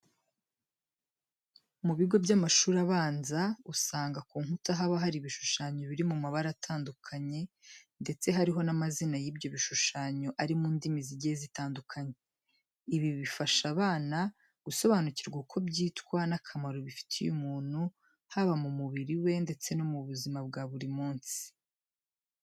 Mu bigo by'amashuri abanza, usanga ku nkuta haba hari ibishushanyo biri mu mabara atandukanye ndetse hariho n'amazina y'ibyo bishushanyo ari mu ndimi zigiye zitandukanye, ibi bikaba bifasha abana gusobanukirwa uko byitwa n'akamaro bifitiye umuntu haba mu mubiri we ndese no mu buzima bwa buri munsi.